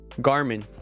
Garmin